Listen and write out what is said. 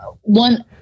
one